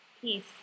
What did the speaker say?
Peace